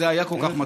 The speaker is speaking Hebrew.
זה היה כל כך מצחיק,